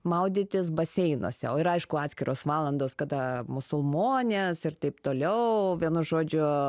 maudytis baseinuose o ir aišku atskiros valandos kada musulmonės ir taip toliau vienu žodžiu